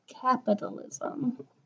capitalism